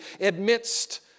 amidst